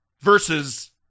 versus